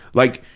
like,